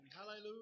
Hallelujah